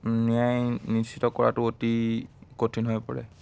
ন্যায় নিশ্চিত কৰাটো অতি কঠিন হৈ পৰে